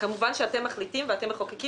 כמובן שאתם מחליטים ואתם מחוקקים.